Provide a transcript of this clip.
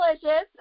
delicious